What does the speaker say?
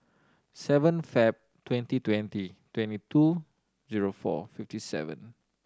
seven Feb twenty twenty twenty two zero four fifty seven